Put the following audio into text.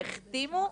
שהחתימו?